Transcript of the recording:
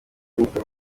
mugabo